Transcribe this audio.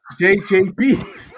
JJB